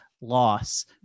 loss